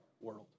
world